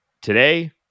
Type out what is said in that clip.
Today